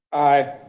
aye.